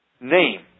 name